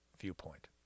viewpoint